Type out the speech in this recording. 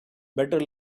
better